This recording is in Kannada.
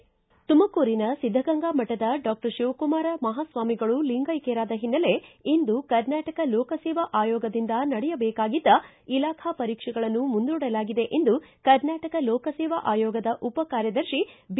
ಿತುಮಕೂರಿನ ಸಿದ್ದಗಂಗಾ ಮಠದ ಡಾಕ್ಷರ್ ಶಿವಕುಮಾರ ಮಹಾಸ್ವಾಮಿಗಳು ಲಿಂಗೈಕ್ಷರಾದ ಹಿನ್ನೆಲೆ ಇಂದು ಕರ್ನಾಟಕ ಲೋಕಸೇವಾ ಆಯೋಗದಿಂದ ನಡೆಯಬೇಕಾಗಿದ್ದ ಇಲಾಖಾ ಪರೀಕ್ಷೆಗಳನ್ನು ಮುಂದೂಡಲಾಗಿದೆ ಎಂದು ಕರ್ನಾಟಕ ಲೋಕಸೇವಾ ಆಯೋಗದ ಉಪ ಕಾರ್ಯದರ್ಶಿ ಬಿ